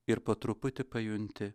ir po truputį pajunti